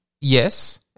Yes